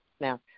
Now